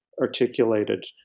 articulated